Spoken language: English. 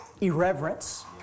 irreverence